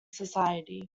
society